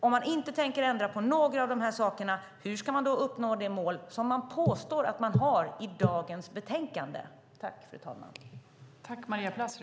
Om man inte tänker ändra på några av de här sakerna, hur ska man då uppnå de mål som man i dagens betänkande påstår att man har?